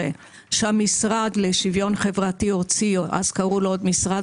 שהמשרד לשוויון חברתי - אז עוד קראו לו משרד